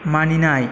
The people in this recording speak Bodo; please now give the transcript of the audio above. मानिनाय